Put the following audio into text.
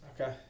Okay